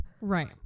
Right